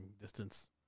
distance